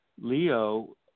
Leo